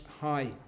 high